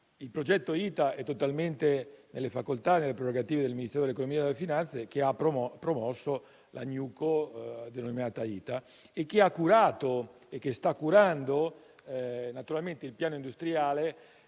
Il progetto ITA è totalmente nelle facoltà e nelle prerogative del Ministero dell'economia e delle finanze, che ha promosso la *newco* denominata ITA e che ha curato e sta curando naturalmente il piano industriale